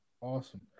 Awesome